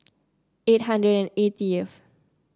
eight hundred and eightyth